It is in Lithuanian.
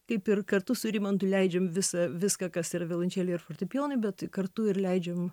kaip ir kartu su rimantu leidžiam visą viską kas ir violončelei ir fortepijonui bet kartu ir leidžiam